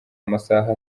amasaha